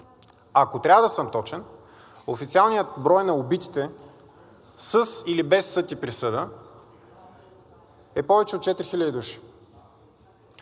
Ако трябва да съм точен, официалният брой на убитите със или без съд и присъда е повече от 4000 души.